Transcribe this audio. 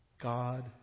God